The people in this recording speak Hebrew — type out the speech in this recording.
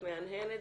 את מהנהנת,